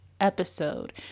episode